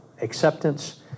acceptance